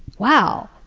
wow.